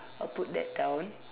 I'll put that down